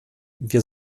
wir